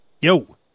Yo